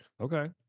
Okay